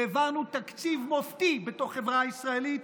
והעברנו תקציב מופתי בתור חברה ישראלית.